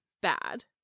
bad